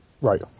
right